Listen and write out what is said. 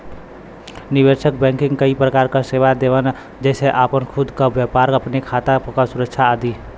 निवेश बैंकिंग कई प्रकार क सेवा देवलन जेसे आपन खुद क व्यापार, अपने खाता क सुरक्षा आदि